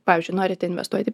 pavyzdžiui norite investuoti